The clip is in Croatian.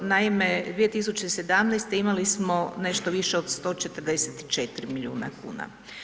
Naime, 2017. imali smo nešto više od 144 milijuna kuna.